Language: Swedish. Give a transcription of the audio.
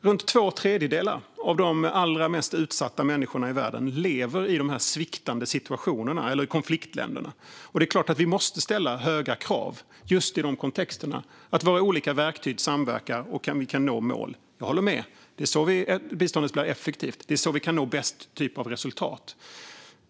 Runt två tredjedelar av de allra mest utsatta människorna i världen lever i de här sviktande situationerna i konfliktländer. Det är klart att vi måste ställa höga krav, just i de kontexterna, på att våra olika verktyg samverkar och att vi kan nå mål. Jag håller med: Det är så biståndet blir effektivt. Det är så vi kan nå bäst resultat.